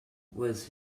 was